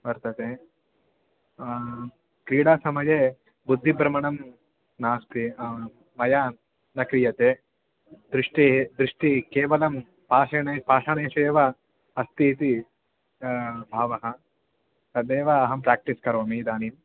वर्तते क्रीडासमये बुद्धिभ्रमणं नास्ति मया न क्रियते दृष्टिः दृष्टिः केवलं पाषाणेषु एव अस्ति इति भावः तदेव अहं प्रेक्टिस् करोमि इदानीम्